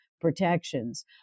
protections